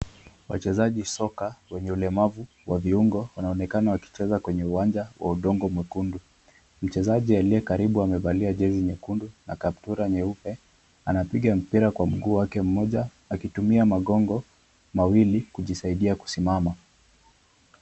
Wachezaji soka wenye ulemavu wa viungo, wanaonekana wakicheza kwenye uwanja wa udongo mwekundu. Mcheza aliyekaribu amevalia jezi nyekundu na kaptura nyeupe, anapiga mpira kwa mguu wake mmoja, akitumia magongo mawili kujisaidia kusimama.